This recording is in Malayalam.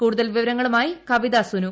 കൂടുതൽ വിവരങ്ങളുമായി കവിതാ സുനു